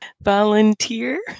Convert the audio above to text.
Volunteer